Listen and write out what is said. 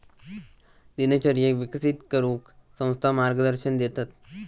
दिनचर्येक विकसित करूक संस्था मार्गदर्शन देतत